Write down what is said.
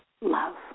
love